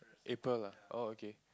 April lah oh okay